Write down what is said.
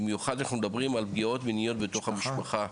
במיוחד כשאנחנו מדברים על פגיעות מיניות בתוך המשפחה,